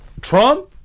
Trump